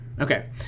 Okay